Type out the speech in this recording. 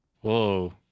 whoa